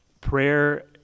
Prayer